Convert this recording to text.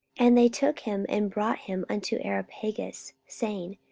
and they took him, and brought him unto areopagus, saying,